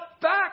back